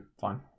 Fine